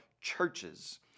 churches